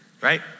right